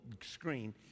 screen